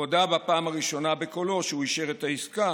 והוא הודה בפעם הראשונה בקולו שהוא אישר את העסקה